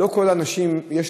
שלא כל האנשים צריכים